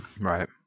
right